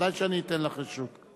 ודאי שאני אתן לך רשות.